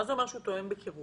מה זה אומר "הוא תואם בקירוב"?